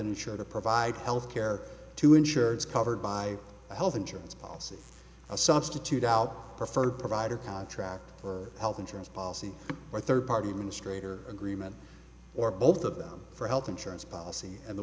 insurer to provide health care to insured is covered by health insurance policy a substitute out preferred provider contract for health insurance policy or third party administrator agreement or both of them for health insurance policy and the